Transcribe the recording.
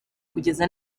kugeza